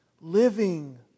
living